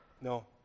No